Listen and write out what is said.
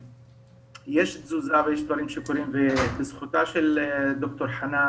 יש תזוזה ויש דברים שקורים בזכותה של ד"ר חנאן